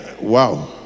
Wow